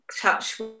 touch